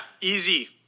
easy